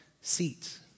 seats